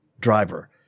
driver